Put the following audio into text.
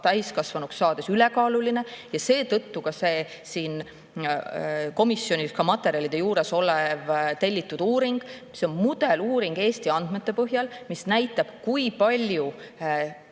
täiskasvanuks saades ülekaaluline. Ka see komisjoni materjalide juures olev tellitud uuring, mis on mudeluuring Eesti andmete põhjal, näitab, kui palju